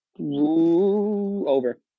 Over